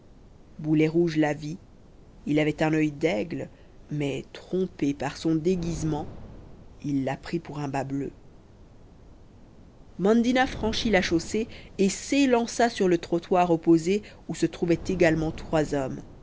boulet rouge la vit il avait un oeil d'aigle mais trompé par son déguisement il la prit pour un bas-bleu mandina franchit la chaussée et s'élança sur le trottoir opposé où se trouvaient également trois hommes